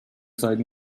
side